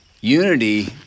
unity